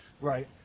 Right